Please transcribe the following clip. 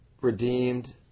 redeemed